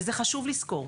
וחשוב לזכור,